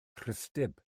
rhithdyb